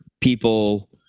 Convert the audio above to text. people